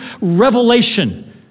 revelation